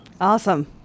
Awesome